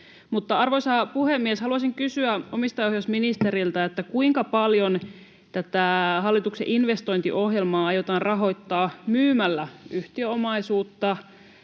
Arvoisa puhemies! Haluaisin kysyä omistajaohjausministeriltä: Kuinka paljon hallituksen investointiohjelmaa aiotaan rahoittaa myymällä yhtiöomaisuutta,